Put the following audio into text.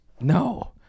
No